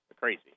Crazy